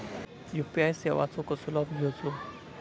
UPI सेवाचो कसो लाभ घेवचो?